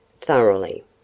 thoroughly